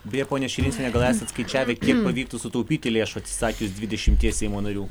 beje ponia širinskiene gal esat skaičiavę kiek pavyktų sutaupyti lėšų atsisakius dvidešimties seimo narių